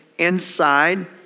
inside